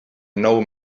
nou